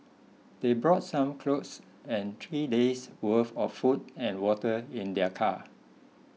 they brought some clothes and three day's worth of food and water in their car